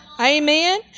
Amen